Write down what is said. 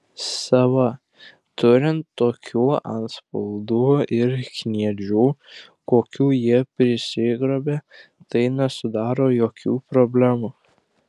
sava turint tokių antspaudų ir kniedžių kokių jie prisigrobė tai nesudaro jokių problemų